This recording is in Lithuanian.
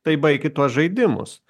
tai baikit tuos žaidimus